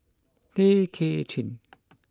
Tay Kay Chin